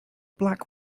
black